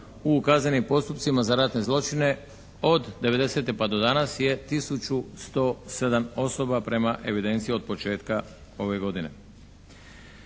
u kaznenim postupcima za ratne zločine od 90-te pa do danas je tisuću 107 osoba prema evidenciji od početka ove godine.